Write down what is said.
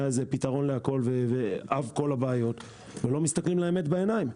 פתרון לכול ואב כל הבעיות ולא מסתכלים לאמת בעיניים.